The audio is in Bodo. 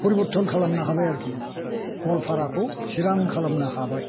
फरिबरथ'न खालामनो हाबाय आरोखि गवालफाराखौ चिरां खालामनो हाबाय